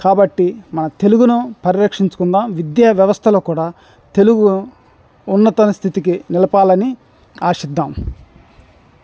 కాబట్టి మన తెలుగును పరిరక్షించుకుందాం విద్యా వ్యవస్థలో కూడా తెలుగు ఉన్నత స్థితికి నిలపాలని ఆశిద్దాం